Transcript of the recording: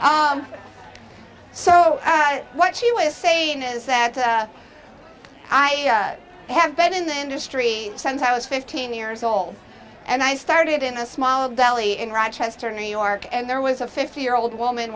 so what she was saying is that i have been in the industry since i was fifteen years old and i started in a small of deli in rochester new york and there was a fifty year old woman